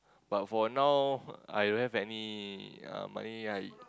but for now I don't have any uh money I